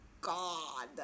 god